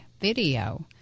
video